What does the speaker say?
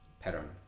pattern